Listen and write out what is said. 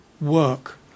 work